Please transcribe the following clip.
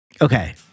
Okay